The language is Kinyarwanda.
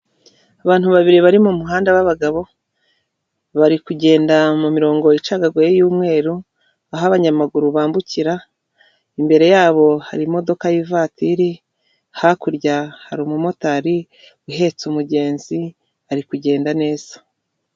Abantu babiri bari mu muhanda b'abagabo bari kugenda mu mirongo icagaguye y'umweru aho abanyamaguru bambukira imbere yabo hari imodoka y'ivatiri, hakurya hari umumotari uhetse umugenzi ari kugenda neza.